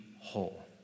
whole